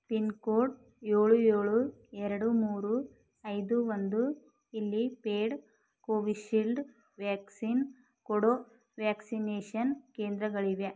pin code ಏಳು ಏಳು ಎರಡು ಮೂರು ಐದು ಒಂದು ಇಲ್ಲಿ ಪೇಯ್ಡ್ ಕೋವಿಶಿಲ್ಡ್ ವ್ಯಾಕ್ಸಿನ್ ಕೊಡೋ ವ್ಯಾಕ್ಸಿನೇಷನ್ ಕೇಂದ್ರಗಳಿವೆ